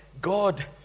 God